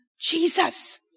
Jesus